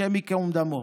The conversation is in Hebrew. השם ייקום דמו,